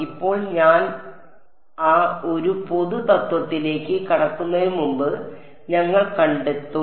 ഇപ്പോൾ ഞാൻ ആ ഒരു പൊതുതത്ത്വത്തിലേക്ക് കടക്കുന്നതിന് മുമ്പ് ഞങ്ങൾ കണ്ടെത്തും